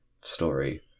story